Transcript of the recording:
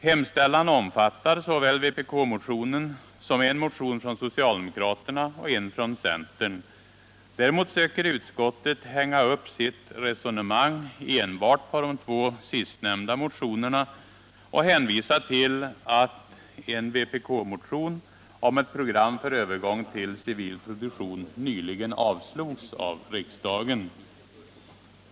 Hemställan omfattar såväl vpk-motionen som en motion från socialdemokraterna och en från centern. Däremot söker utskottet hänga upp sitt resonemang enbart på de två sistnämnda motionerna och hänvisar till att en vpk-motion om att ett program för övergång till civil produktion nyligen avslogs av riksdagen.